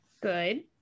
Good